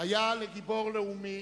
היה לגיבור לאומי.